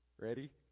Ready